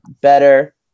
better